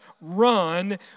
run